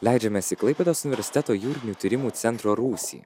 leidžiamės į klaipėdos universiteto jūrinių tyrimų centro rūsį